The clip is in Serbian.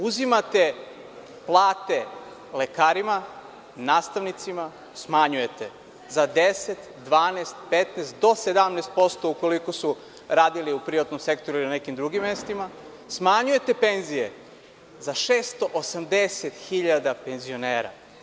Umesto toga, uzimate plate lekarima, nastavnicima, smanjujete za 10, 12, 15 do 17% ukoliko su radili u privatnom sektoru ili nekim drugim mestima, smanjujete penzije za 680 hiljada penzionera.